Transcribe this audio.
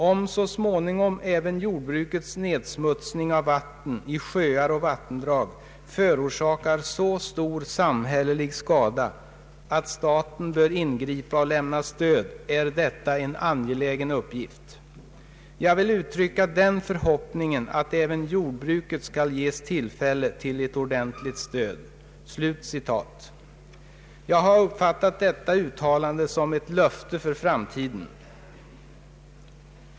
Om så småningom även jordbrukets nedsmutsning av vatten i sjöar och vattendrag förorsakar så stor samhällelig skada att staten bör ingripa och lämna stöd är detta en angelägen uppgift. Jag vill uttrycka den förhoppningen att även jordbruket skall ges tillfälle till ordentligt stöd.” Jag har uppfattat detta uttalande som ett löfte för framtiden.